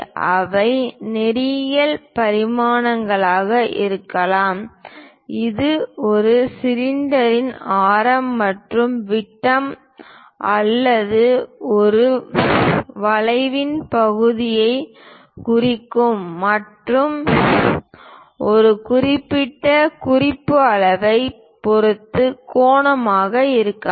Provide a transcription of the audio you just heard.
அவை நேரியல் பரிமாணங்களாக இருக்கலாம் இது ஒரு சிலிண்டரின் ஆரம் அல்லது விட்டம் அல்லது ஒரு வளைவின் பகுதியைக் குறிக்கும் மற்றும் ஒரு குறிப்பிட்ட குறிப்பு அளவைப் பொறுத்து கோணமாக இருக்கலாம்